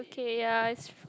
okay ya it's